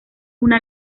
una